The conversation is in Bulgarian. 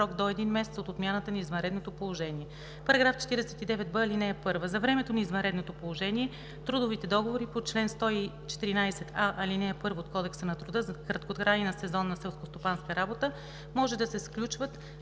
§ 49б. (1) За времето на извънредното положение трудовите договори по чл. 114а, ал. 1 от Кодекса на труда за краткотрайна сезонна селскостопанска работа може да се сключват